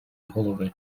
голови